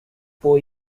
four